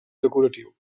decoratiu